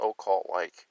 occult-like